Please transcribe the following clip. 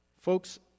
Folks